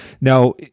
Now